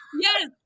Yes